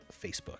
Facebook